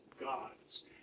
gods